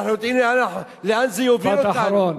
אנחנו יודעים לאן זה יוביל אותנו.